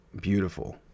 beautiful